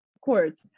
Court